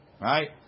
right